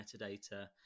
metadata